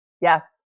Yes